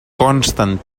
consten